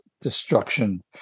destruction